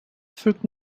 fügt